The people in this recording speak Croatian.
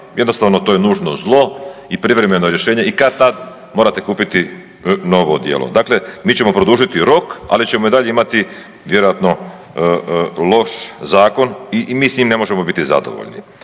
Jednostavno to je nužno zlo i privremeno rješenje i kad-tad morate kupiti novo odijelo. Dakle mi ćemo produžiti rok, ali i ćemo i dalje imati vjerojatno loš zakon i mi s tim ne možemo biti zadovoljni